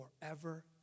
forever